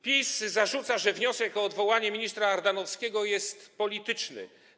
PiS zarzuca, że wniosek o odwołanie ministra Ardanowskiego jest polityczny.